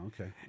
okay